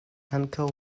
ankaŭ